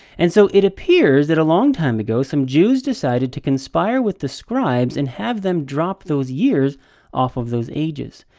and so it appears that a long time ago, some jews decided to conspire with the scribes and have them drop those years off of those ages.